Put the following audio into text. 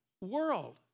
world